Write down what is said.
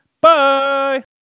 Bye